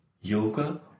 yoga